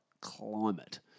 climate